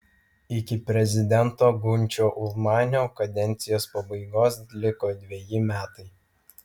iki prezidento gunčio ulmanio kadencijos pabaigos liko dveji metai